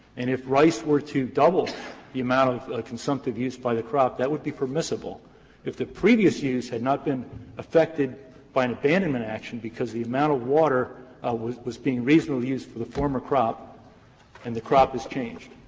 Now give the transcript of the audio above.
and if rice were to double the amount of consumptive use by the crop, that would be permissible if the previous use had not been affected by an abandonment action, because the amount of water was was being reasonably used for the former crop and the crop has changed.